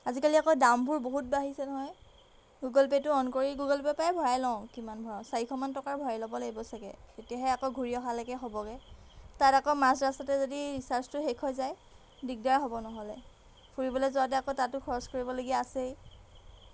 আজিকালি আকৌ দামবোৰ বহুত বাঢ়িছে নহয় গুগুল পে'টো অ'ন কৰি গুগুল পেপৰাই ভৰাই লওঁ কিমান ভৰাওঁ চাৰিশমান টকাৰ ভৰাই ল'ব লাগিব চাগে তেতিয়াহে আকৌ ঘূৰি অহালৈকে হ'বগৈ তাত আকৌ মাজ ৰাস্তাতে যদি ৰিচাৰ্জটো শেষ হৈ যায় দিগদাৰ হ'ব নহ'লে ফুৰিবলৈ যোৱাতে আকৌ তাতো খৰচ কৰিবলগীয়া আছেই